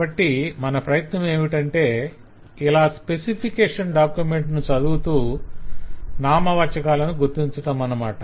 కాబట్టి మన ప్రయత్నమేమిటంటే ఇలా స్పెసిఫికేషన్ డాక్యుమెంట్ ను చదువుతూ నామవాచాకాలను గుర్తించటమన్నమాట